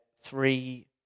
three